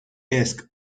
desk